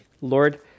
Lord